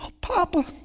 Papa